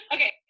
Okay